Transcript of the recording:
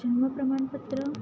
जन्म प्रमाणपत्र